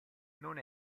non